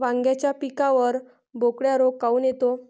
वांग्याच्या पिकावर बोकड्या रोग काऊन येतो?